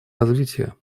развития